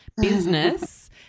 business